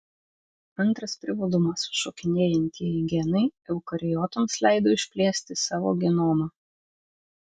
antras privalumas šokinėjantieji genai eukariotams leido išplėsti savo genomą